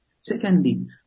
Secondly